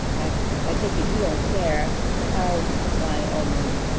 i i take it you don't care how wyoming